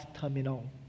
terminal